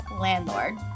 landlord